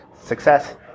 success